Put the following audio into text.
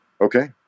okay